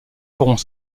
feront